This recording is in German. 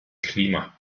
klima